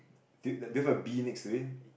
do you do you have a bee next to him